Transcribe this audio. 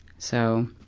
so,